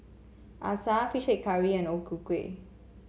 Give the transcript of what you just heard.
acar fish head curry and O Ku Kueh